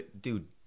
dude